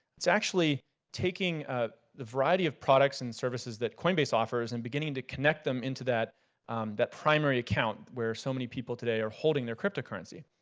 it's actually taking a variety of products and services that coinbase offers and beginning to connect them into that that primary account, where so many people today are holding their cryptocurrency.